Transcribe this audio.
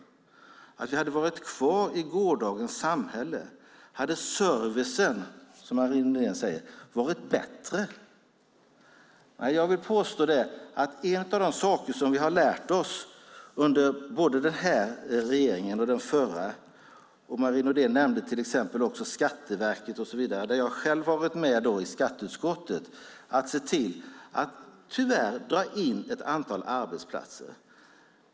Hade det varit bra om vi hade varit kvar i gårdagens samhälle? Skulle servicen, som Marie Nordén säger, ha varit bättre? Jag vill påstå att det finns en sak som vi har lärt oss under både denna regering och den förra. Marie Nordén nämnde till exempel Skatteverket. Jag har själv varit med i skatteutskottet om att se till att tyvärr dra in ett antal arbetsplatser.